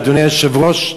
אדוני היושב-ראש,